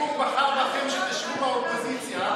הציבור בחר בכם שתשבו באופוזיציה.